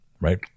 right